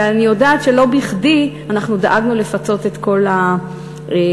אני יודעת שלא בכדי אנחנו דאגנו לפצות את כל החקלאים,